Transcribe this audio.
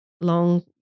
long